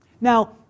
Now